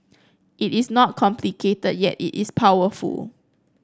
it is not complicated yet it is powerful